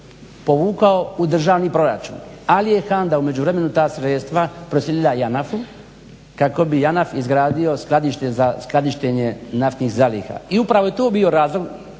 u državni proračun ali je HANDA u međuvremenu ta sredstava proslijedila JANAF-u kako bi JANAF izgradio skladište za skladištenje naftnih zaliha. I upravo je to bio razlog